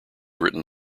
written